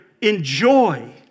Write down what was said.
enjoy